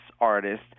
artist